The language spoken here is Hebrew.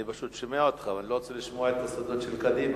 אני פשוט שומע אותך ואני לא רוצה לשמוע את הסודות של קדימה.